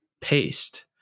paste